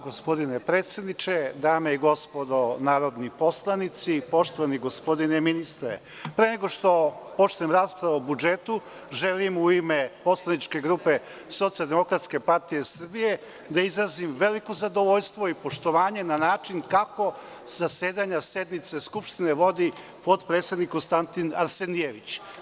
Gospodine predsedniče, dame i gospodo narodni poslanici, poštovani gospodine ministre, pre nego što počnem raspravu o budžetu želim u ime poslaničke grupe Socijaldemokratske partije Srbije da izrazim veliko zadovoljstvo i poštovanje na način kako zasedanja sednice Skupštine vodi potpredsednik Konstantin Arsenijević.